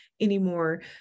anymore